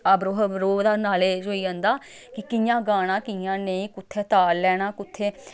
अवरोह् वरोह् दा नालेज होई जंदा कि कि'यां गाना कि'यां नेईं कु'त्थै ताल लैना कु'त्थै